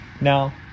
Now